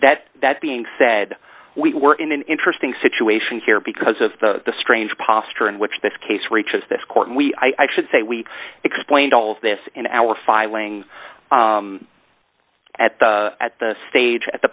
that that being said we were in an interesting situation here because of the strange posture and which this case reaches this court and i should say we explained all of this in our filings at the at the stage at the